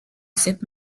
cette